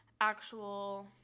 actual